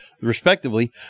respectively